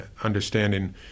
understanding